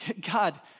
God